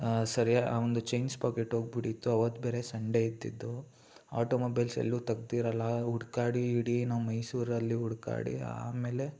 ಸರಿಯಾಗಿ ಅವಂದು chain sprocket ಹೋಗ್ಬಿಟ್ಟಿತ್ತು ಆವತ್ತು ಬೇರೆ ಸಂಡೇ ಇದ್ದಿದ್ದು ಆಟೋ ಮೊಬೈಲ್ಸ್ ಎಲ್ಲೂ ತೆಗ್ದಿರೋಲ್ಲ ಹುಡುಕಾಡಿ ಇಡೀ ನಮ್ಮ ಮೈಸೂರಲ್ಲಿ ಹುಡುಕಾಡಿ ಆಮೇಲೆ